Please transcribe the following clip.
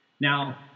Now